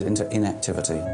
במדינת ישראל